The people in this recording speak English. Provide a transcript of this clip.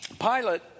Pilate